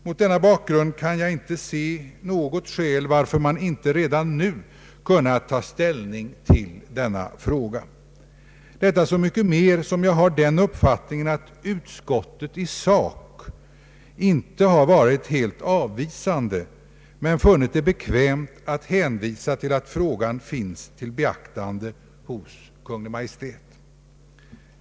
Mot denna bakgrund kan jag inte se något skäl till att man inte redan nu kunnat ta ställning till denna fråga, detta så mycket mera som jag har den uppfattningen att utskottet i sak inte varit helt avvisande men funnit det bekvämt att hänvisa till att frågan finns till beaktande hos Kungl. Maj:t.